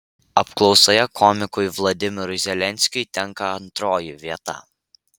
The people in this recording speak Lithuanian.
apklausoje komikui vladimirui zelenskiui tenka antroji vieta